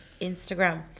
Instagram